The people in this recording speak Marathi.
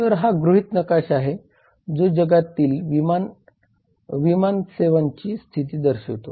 तर हा गृहीत नकाशा आहे जो जगातील विमान सेवांची स्थिती दर्शवितो